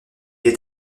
est